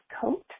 coat